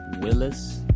Willis